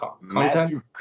Matthew